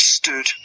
Stood